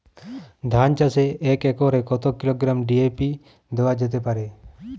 ধান চাষে এক একরে কত কিলোগ্রাম ডি.এ.পি দেওয়া যেতে পারে?